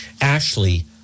Ashley